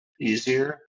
easier